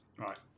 Right